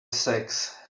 sex